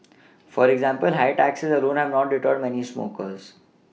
for example high taxes alone have not deterred many smokers